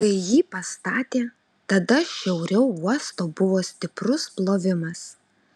kai jį pastatė tada šiauriau uosto buvo stiprus plovimas